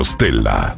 Stella